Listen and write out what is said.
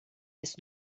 des